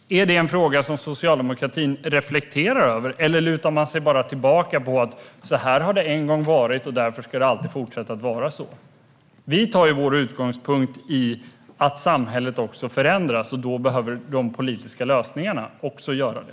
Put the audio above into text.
Är det en fråga som Socialdemokraterna reflekterar över? Eller lutar man sig bara tillbaka mot att så här har det en gång varit, och därför ska det alltid fortsätta att vara så? Vi tar vår utgångspunkt i att samhället förändras, och då behöver de politiska lösningarna också göra det.